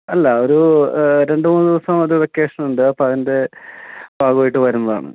അല്ല ഒരു രണ്ടു മൂന്നു ദിവസം ഒരു വെക്കേഷൻ ഉണ്ട് അപ്പോൾ അതിൻ്റെ ഭാഗമായിട്ട് വരുന്നതാണ്